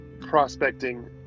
prospecting